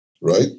right